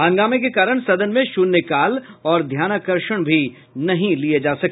हंगामे के कारण सदन में शून्यकाल और ध्यानाकर्षण भी नहीं लिये जा सके